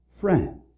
friend